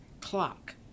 clock